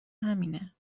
همینه